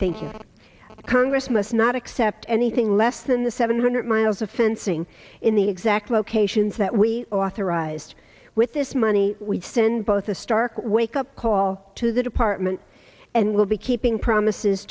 you congress must not accept anything less than the seven hundred miles of fencing in the exact locations that were authorized with this money we send both a stark wake up call to the department and we'll be keeping promises